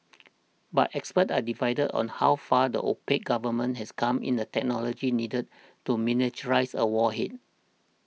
but experts are divided on how far the opaque government has come in the technology needed to miniaturise a warhead